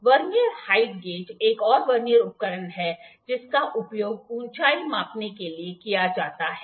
vernier height gauge एक और vernier उपकरण है जिसका उपयोग ऊंचाई मापने के लिए किया जाता है